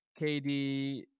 KD